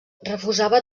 refusava